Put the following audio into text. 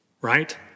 Right